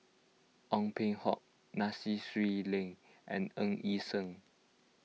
Ong Peng Hock Nai Sea Swee Leng and Ng Yi Sheng